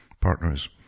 partners